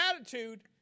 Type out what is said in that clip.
attitude